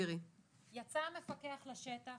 יצא המפקח לשטח